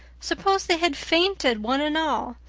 suppose they had fainted, one and all!